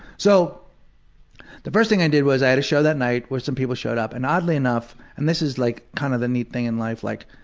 so the first thing i did was i had a show that night where some people showed up. and oddly enough, and this is like kind of the neat thing in life, like